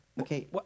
okay